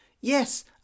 yes